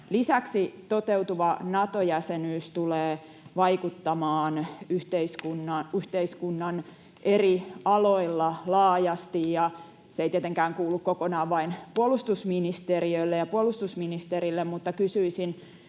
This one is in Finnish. Lisäksi toteutuva Nato-jäsenyys tulee vaikuttamaan yhteiskunnan eri aloilla laajasti, ja se ei tietenkään kuulu kokonaan vain puolustusministeriölle ja puolustusministerille, mutta kysyisin